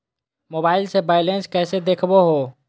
Mobile से balance कैसे देखाबो है?